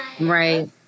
Right